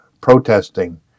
protesting